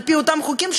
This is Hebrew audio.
על-פי אותם חוקים,